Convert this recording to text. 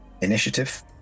initiative